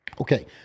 okay